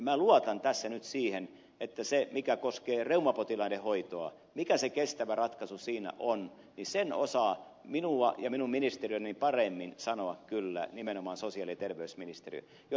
minä luotan tässä nyt siihen että sen mikä koskee reumapotilaiden hoitoa mikä se kestävä ratkaisu siinä on osaa minua ja minun ministeriötäni paremmin sanoa kyllä nimenomaan sosiaali ja terveysministeriö